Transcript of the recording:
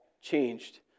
changed